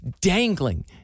dangling